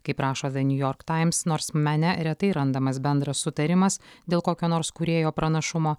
kaip rašo the new york times nors mene retai randamas bendras sutarimas dėl kokio nors kūrėjo pranašumo